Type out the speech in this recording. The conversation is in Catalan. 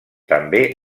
també